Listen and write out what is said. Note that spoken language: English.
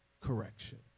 correction